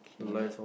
okay